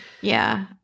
yeah